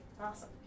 awesome